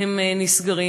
נסגרים.